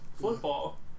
football